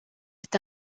est